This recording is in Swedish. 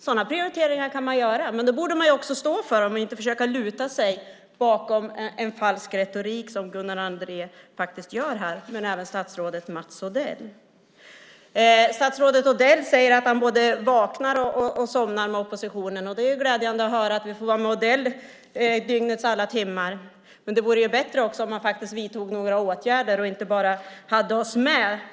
Sådana prioriteringar kan man göra, men då borde man också stå för dem och inte försöka luta sig mot en falsk retorik som Gunnar Andrén och även statsrådet Mats Odell gör här. Statsrådet Odell säger att han både vaknar och somnar med oppositionen, och det är ju glädjande att höra att vi får vara med Odell dygnets alla timmar, men det vore bättre om han faktiskt vidtog några åtgärder och inte bara hade oss med.